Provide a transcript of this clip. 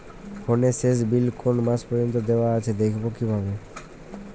ফোনের শেষ বিল কোন মাস পর্যন্ত দেওয়া আছে দেখবো কিভাবে?